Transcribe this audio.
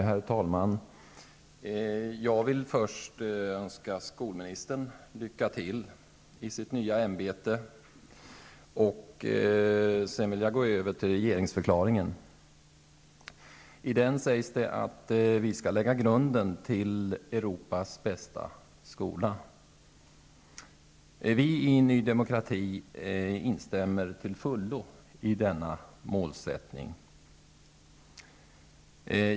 Först ber jag att få önska skolministern lycka till i sitt nya ämbete. Härefter övergår jag till att kommentera delar av regeringsförklaringen. I regeringsförklaringen sägs att vi skall lägga grunden till Europas bästa skola. Vi i Ny Demokrati instämmer till fullo i denna målsättning.